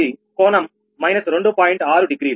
6 degree